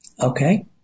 Okay